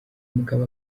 mugabo